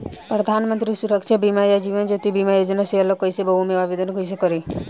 प्रधानमंत्री सुरक्षा बीमा आ जीवन ज्योति बीमा योजना से अलग कईसे बा ओमे आवदेन कईसे करी?